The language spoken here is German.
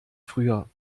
früher